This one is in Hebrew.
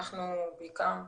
אנחנו בעיקר עובדים,